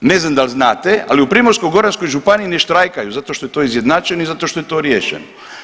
Ne znam da li znate ali u Primorsko-goranskoj županiji ne štrajkaju zato to što je to izjednačeni i zato što je to riješeno.